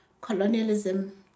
colonialism